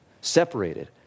separated